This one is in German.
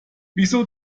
wieso